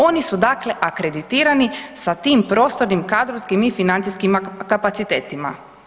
Oni su dakle akreditirani sa tim prostornim, kadrovskim i financijskim kapacitetima.